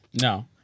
no